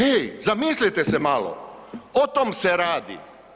Ej, zamislite se malo, o tom se radi.